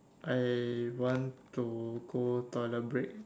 I want to go toilet break